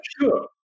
Sure